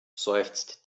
seufzt